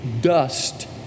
dust